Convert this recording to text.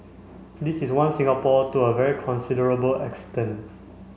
this is one Singapore to a very considerable extent